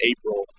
April